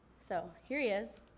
so here he is.